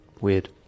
weird